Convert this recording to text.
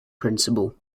principal